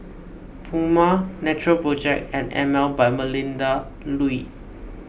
Puma Natural Project and Emel by Melinda Looi